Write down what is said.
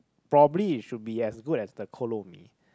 probably it should be as good as the kolo mee